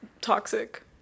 toxic